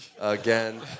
Again